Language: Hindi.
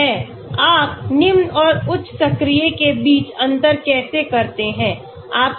आप निम्न और उच्च सक्रिय के बीच अंतर कैसे करते हैं